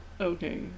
Okay